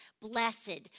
Blessed